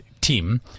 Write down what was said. team